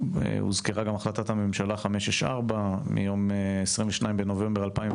הוזכרה גם החלטת הממשלה 564 מיום 22 לפברואר 2020